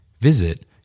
Visit